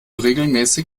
regelmäßig